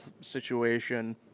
situation